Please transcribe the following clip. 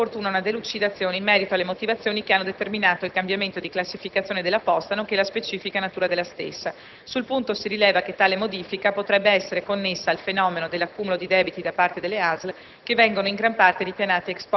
Al riguardo, sarebbe opportuna una delucidazione in merito alle motivazioni che hanno determinato il cambiamento di classificazione della posta, nonché la specifica natura della stessa. Sul punto si rileva che tale modifica potrebbe essere connessa al fenomeno dell'accumulo di debiti da parte delle ASL,